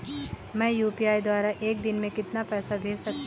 मैं यू.पी.आई द्वारा एक दिन में कितना पैसा भेज सकता हूँ?